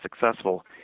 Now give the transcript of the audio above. successful